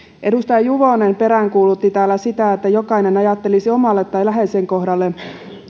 edustaja juvonen peräänkuulutti täällä sitä että jokainen ajattelisi omalle tai läheisen kohdalle